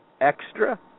extra